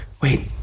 wait